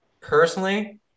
Personally